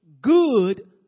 good